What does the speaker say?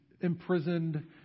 imprisoned